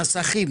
נסחים.